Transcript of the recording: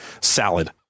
salad